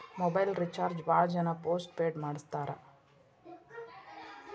mobile recharge ಭಾಳ್ ಜನ postpaid ಮಾಡಸ್ತಾರ